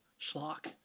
Schlock